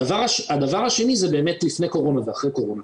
הדבר השני זה באמת לפני קורונה ואחרי קורונה.